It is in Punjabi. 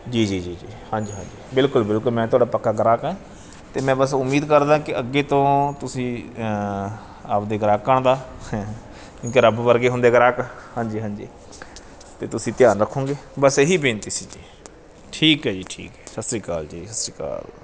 ਜੀ ਜੀ ਜੀ ਜੀ ਹਾਂਜੀ ਹਾਂਜੀ ਬਿਲਕੁਲ ਬਿਲਕੁਲ ਮੈਂ ਤੁਹਾਡਾ ਪੱਕਾ ਗ੍ਰਾਹਕ ਹਾਂ ਅਤੇ ਮੈਂ ਬਸ ਉਮੀਦ ਕਰਦਾ ਕਿ ਅੱਗੇ ਤੋਂ ਤੁਸੀਂ ਆਪਣੇ ਗ੍ਰਾਹਕਾਂ ਦਾ ਕਿਉਂਕਿ ਰੱਬ ਵਰਗੇ ਹੁੰਦੇ ਗ੍ਰਾਹਕ ਹਾਂਜੀ ਹਾਂਜੀ ਅਤੇ ਤੁਸੀਂ ਧਿਆਨ ਰੱਖੋਗੇ ਬਸ ਇਹ ਹੀ ਬੇਨਤੀ ਸੀ ਜੀ ਠੀਕ ਹੈ ਜੀ ਠੀਕ ਸਤਿ ਸ਼੍ਰੀ ਅਕਾਲ ਜੀ ਸਤਿ ਸ਼੍ਰੀ ਅਕਾਲ